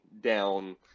down